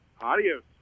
Adios